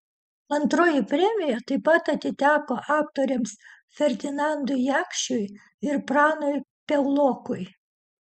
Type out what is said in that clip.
antroji premija taip pat atiteko aktoriams ferdinandui jakšiui ir pranui piaulokui